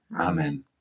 Amen